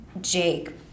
Jake